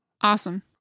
Awesome